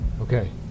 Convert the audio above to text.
Okay